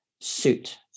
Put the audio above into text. suit